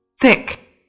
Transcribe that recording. Thick